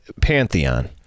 pantheon